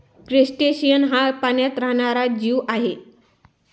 crustacean हा पाण्यात राहणारा जीव आहे